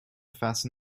fasten